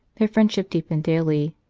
their friendship deepened daily.